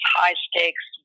high-stakes